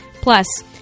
Plus